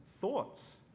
Thoughts